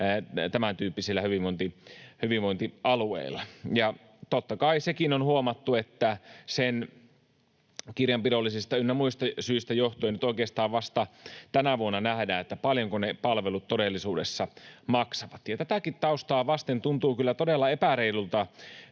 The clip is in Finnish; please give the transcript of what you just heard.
tämäntyyppisillä hyvinvointialueilla. Totta kai sekin on huomattu, että kirjanpidollisista ynnä muista syistä johtuen oikeastaan vasta tänä vuonna nähdään, paljonko ne palvelut todellisuudessa maksavat, ja tätäkin taustaa vasten tuntuu kyllä todella epäreilulta